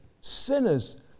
sinners